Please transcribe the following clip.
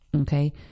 Okay